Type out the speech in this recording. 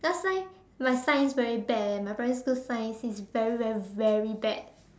last time my science very bad eh my primary school science is very very very bad